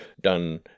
done